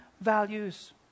values